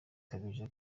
kabeja